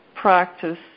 practice